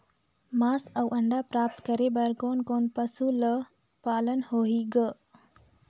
मांस अउ अंडा प्राप्त करे बर कोन कोन पशु ल पालना होही ग?